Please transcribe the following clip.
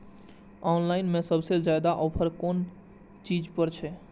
Online में सबसे ज्यादा ऑफर कोन चीज पर छे?